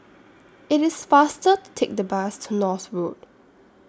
IT IS faster to Take The Bus to North Road